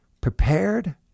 prepared